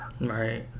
Right